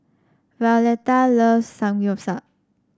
Violetta loves Samgyeopsal